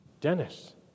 Dennis